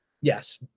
Yes